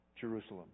Jerusalem